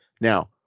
Now